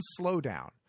slowdown